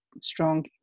strong